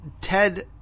Ted